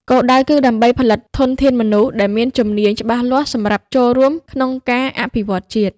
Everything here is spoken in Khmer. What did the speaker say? គោលដៅគឺដើម្បីផលិតធនធានមនុស្សដែលមានជំនាញច្បាស់លាស់សម្រាប់ចូលរួមក្នុងការអភិវឌ្ឍជាតិ។